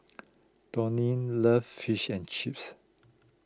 Donnell loves Fish and Chips